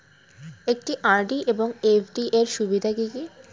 একটি আর.ডি এবং এফ.ডি এর সুবিধা কি কি?